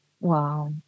Wow